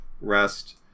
rest